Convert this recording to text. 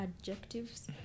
adjectives